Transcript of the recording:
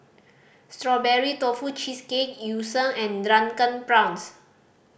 Strawberry Tofu Cheesecake Yu Sheng and Drunken Prawns